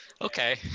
Okay